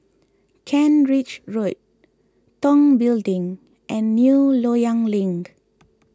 Kent Ridge Road Tong Building and New Loyang Link